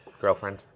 girlfriend